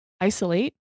isolate